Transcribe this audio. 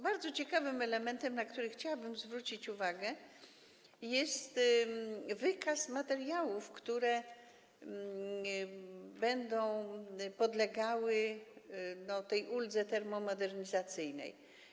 Bardzo ciekawym elementem, na który chciałabym zwrócić uwagę, jest wykaz materiałów, które będą podlegały uldze termomodernizacyjnej.